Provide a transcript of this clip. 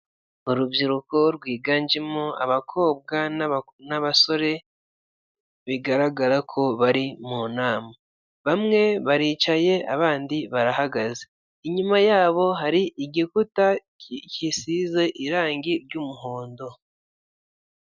Urubyiruko rwiganjemo abakobwa n'abasore bigaragara ko bari mu nama ,bamwe baricaye abandi barahaga inyuma yabo hari igikuta gisize irangi ry'umuhondo.